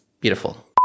beautiful